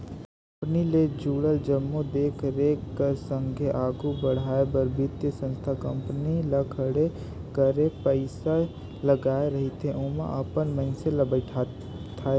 company ले जुड़ल जम्मो देख रेख कर संघे आघु बढ़ाए बर बित्तीय संस्था कंपनी ल खड़े करे पइसा लगाए रहिथे ओमन अपन मइनसे ल बइठारथे